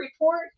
report